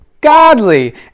godly